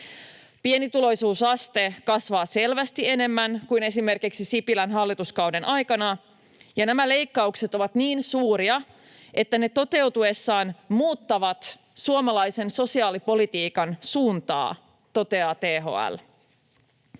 Pienituloisuusaste kasvaa selvästi enemmän kuin esimerkiksi Sipilän hallituskauden aikana, ja nämä leikkaukset ovat niin suuria, että toteutuessaan ne muuttavat suomalaisen sosiaalipolitiikan suuntaa, toteaa THL.